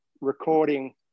recording